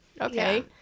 Okay